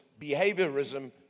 behaviorism